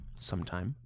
Sometime